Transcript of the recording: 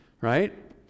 right